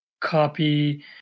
copy